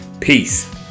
Peace